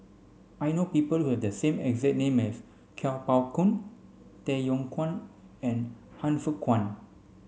I know people who have the same exact name as Kuo Pao Kun Tay Yong Kwang and Han Fook Kwang